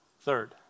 Third